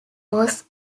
was